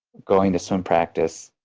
going to swim practice,